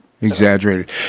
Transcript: exaggerated